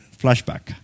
flashback